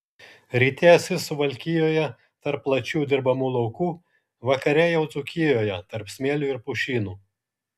ryte esi suvalkijoje tarp plačių dirbamų laukų vakare jau dzūkijoje tarp smėlių ir pušynų